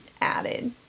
added